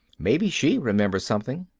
maybe she remembers something.